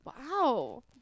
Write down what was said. wow